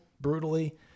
brutally